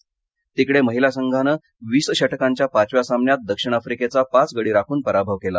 महिला क्रिकेट तिकडे महिला संघानं वीस षटकांच्या पाचव्या सामन्यात दक्षिण आफ्रिकेचा पाच गडी राखन पराभव केला